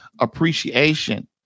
Appreciation